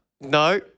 No